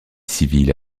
civile